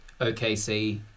OKC